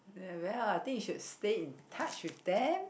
very well I think you should stay in touch with them